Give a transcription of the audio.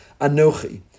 Anochi